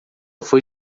foi